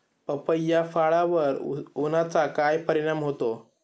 पपई या फळावर उन्हाचा काय परिणाम होतो?